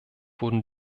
wurden